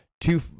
Two